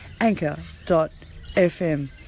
Anchor.fm